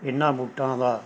ਇਹਨਾਂ ਬੂਟਾਂ ਦਾ